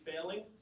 failing